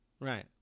Right